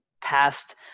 past